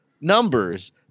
numbers